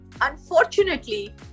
unfortunately